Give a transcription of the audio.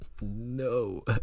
no